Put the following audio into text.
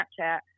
Snapchat